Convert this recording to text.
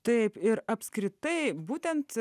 taip ir apskritai būtent